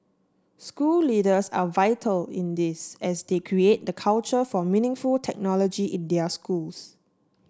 school leaders are vital in this as they create the culture for meaningful technology in their schools